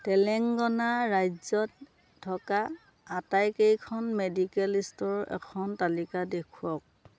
তেলেংগানা ৰাজ্যত থকা আটাইকেইখন মেডিকেল ষ্ট'ৰৰ এখন তালিকা দেখুৱাওক